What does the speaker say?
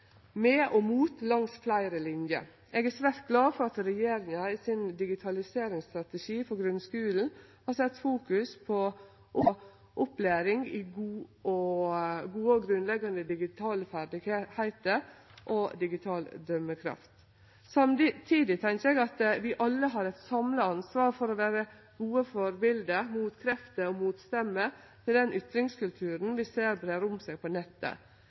og mot langs fleire linjer. Eg er svært glad for at regjeringa i sin digitaliseringsstrategi for grunnskulen har sett fokus på opplæring i gode og grunnleggjande digitale ferdigheiter og digital dømekraft. Samstundes tenkjer eg at vi alle har eit samla ansvar for å vere gode førebilete, motkrefter og motstemmer til den ytringskulturen vi ser spreier seg på nettet.